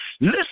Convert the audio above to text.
Listen